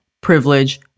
privilege